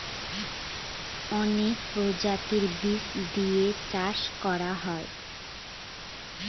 অনেক প্রজাতির বীজ দিয়ে চাষ করা হয়